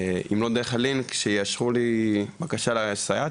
אם לא דרך הלינק, שיאשרו לי בקשה לסייעת.